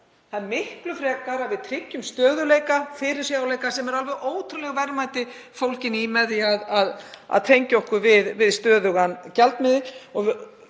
Það er miklu frekar að við tryggjum stöðugleika, fyrirsjáanleika, sem eru alveg ótrúleg verðmæti fólgin í, með því að tengja okkur við stöðugan gjaldmiðil.